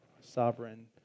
sovereign